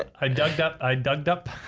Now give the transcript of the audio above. i dug up i dug dup